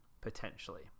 potentially